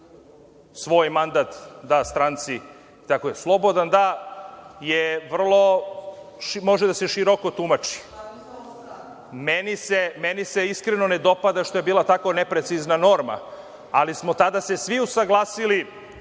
svoj mandat da stranci, dakle, slobodan da može vrlo široko da se tumači. Meni se iskreno ne dopada što je bila tako neprecizna norma, ali smo se tada svi usaglasili